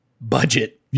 budget